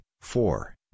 four